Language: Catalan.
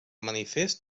manifest